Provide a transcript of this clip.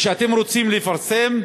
כשאתם רוצים לפרסם,